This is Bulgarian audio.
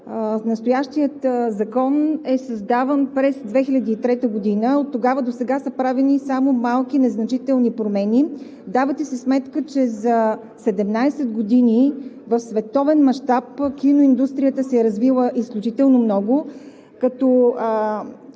Настоящият закон е създаван през 2003 г. и оттогава досега са правени само малки незначителни промени. Давате си сметка, че за 17 години в световен мащаб киноиндустрията се е развила изключително много. Като